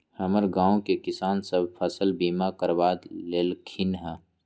हमर गांव के किसान सभ फसल बीमा करबा लेलखिन्ह ह